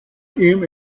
ihm